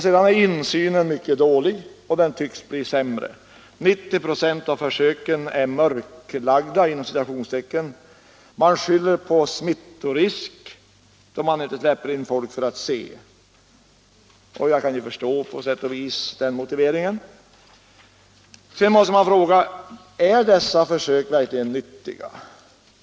Insynen i dessa djurförsök är mycket dålig och tycks bli sämre. 90 96 av försöken är ”mörklagda”. Man skyller på smittorisken när man vägrar att släppa in folk för att se djurförsöken. Den motiveringen kan jag på sätt och vis förstå. Är dessa djurförsök verkligen nyttiga?